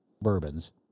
bourbons